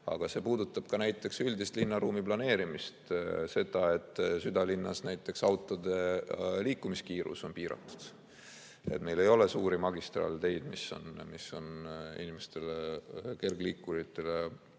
aga see puudutab ka näiteks üldist linnaruumi planeerimist. Seda, et näiteks südalinnas on autode liikumiskiirus piiratud, et meil ei ole suuri magistraalteid, mis on inimestele ja kergliikuritele